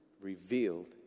revealed